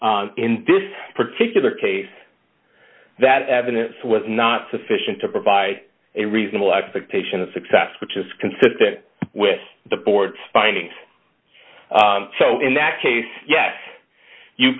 t in this particular case that evidence was not sufficient to provide a reasonable expectation of success which is consistent with the board's findings so in that case yes you